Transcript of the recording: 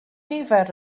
nifer